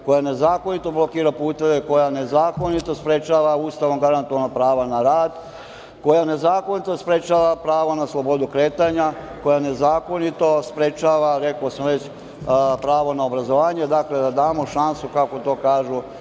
koja nezakonito blokira puteve, koja nezakonito sprečava Ustavom garantovana prava na rad, koja nezakonito sprečava pravo na slobodu kretanja, koja nezakonito sprečava, rekao sam već, pravo na obrazovanje, dakle, da damo šansu, kako to kažu